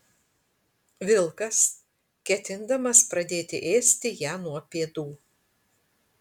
vilkas ketindamas pradėti ėsti ją nuo pėdų